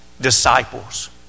disciples